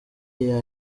iya